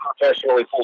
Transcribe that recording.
professionally